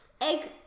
egg